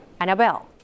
Annabelle